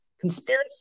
conspiracy